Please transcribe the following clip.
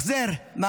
החזר על